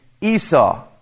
Esau